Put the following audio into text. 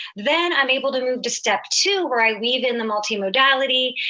then i'm able to move to step two where i weave in the multimodality,